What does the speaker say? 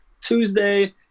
Tuesday